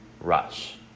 rush